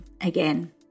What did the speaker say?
again